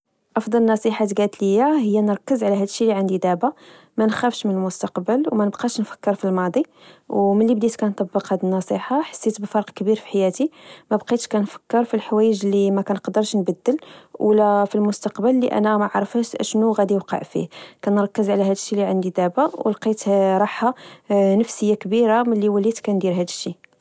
أفضل نصيحة تچالت ليا هي أنني نركز على هدشي لعندي دابا، منخافش من المستقبل ومنبقاش نفكر فالماضي، أو ملي بديت كنطبق هاد النصيحة، حسيت بفرق كبير فحياتي. مبقيتش كنفكير فلحوايج اللي ما قدرتش نبدل، ولا فالمستقبل اللي أنا ما عرفاش شنو غادي يوقع فيه، كنركز على هاد الشي لعندي دابا ألقيت راحة نفسية كبيرة ملي وليت كندير هاد الشي